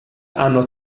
hanno